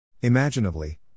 Imaginably